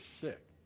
sick